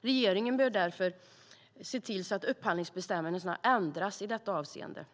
Regeringen bör därför se till att upphandlingsbestämmelserna ändras i detta avseende.